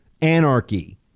anarchy